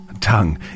tongue